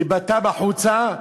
דיבתה החוצה,